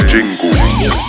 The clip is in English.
Jingle